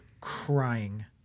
crying